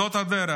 זאת הדרך.